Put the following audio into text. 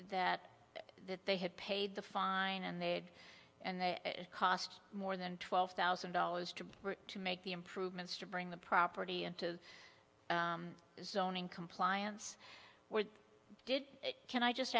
that that they had paid the fine and they had and they cost more than twelve thousand dollars to to make the improvements to bring the property into the zoning compliance or did it can i just